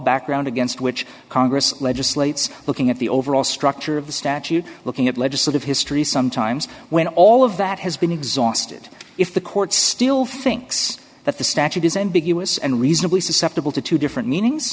background against which congress legislates looking at the overall structure of the statute looking at legislative history sometimes when all of that has been exhausted if the court still thinks that the statute is ambiguous and reasonably susceptible to two different meaning